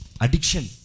addiction